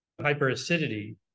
hyperacidity